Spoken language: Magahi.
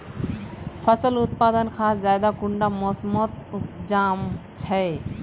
फसल उत्पादन खाद ज्यादा कुंडा मोसमोत उपजाम छै?